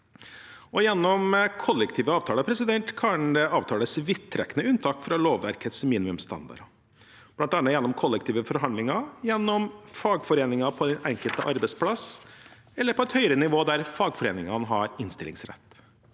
Gjennom kollektive avtaler kan det avtales vidtrekkende unntak fra lovverkets minimumsstandarder, bl.a. gjennom kollektive forhandlinger, gjennom fagforeninger på den enkelte arbeidsplass eller på et høyere nivå der fagforeningene har innstillingsrett.